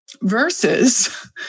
Versus